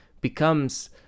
becomes